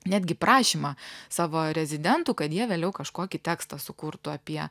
netgi prašymą savo rezidentų kad jie vėliau kažkokį tekstą sukurtų apie